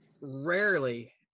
rarely